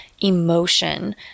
emotion